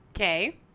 Okay